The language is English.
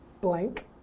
blank